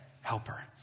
helper